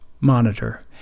monitor